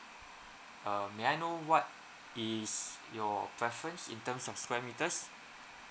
uh may I know what is your preference in terms of square metres